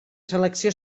selecció